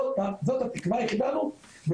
זו התקווה היחידה שלנו,